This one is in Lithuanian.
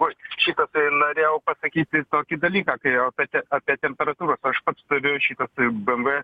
oi šitas norėjau pasakyti kokį dalyką kai o apie te apie temperatūras aš pats turiu šitas be em vė